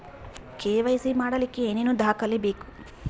KYC ಮಾಡಲಿಕ್ಕೆ ಏನೇನು ದಾಖಲೆಬೇಕು?